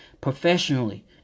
professionally